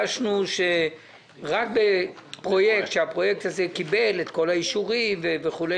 ביקשנו שרק בפרויקט שקיבל את כל האישורים וכולי